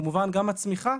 כמובן, גם הצמיחה